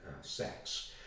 sex